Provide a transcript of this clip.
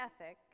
ethic